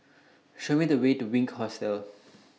Show Me The Way to Wink Hostel